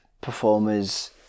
performers